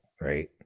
right